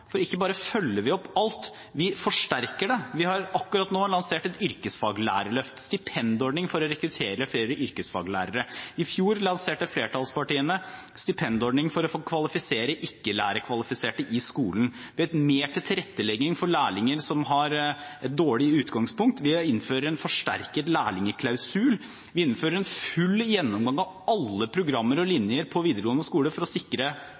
For ikke bare følger vi opp alt, vi forsterker det. Vi har akkurat nå lansert et yrkesfaglærerløft, en stipendordning for å rekruttere flere yrkesfaglærere. I fjor lanserte flertallspartiene stipendordning for å få kvalifisere ikke-lærerkvalifiserte i skolen, ved mer tilrettelegging for lærlinger som har dårlig utgangspunkt, ved å innføre en forsterket lærlingklausul. Vi innfører en full gjennomgang av alle programmer og linjer på videregående skoler for yrkesfag for å sikre